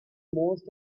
most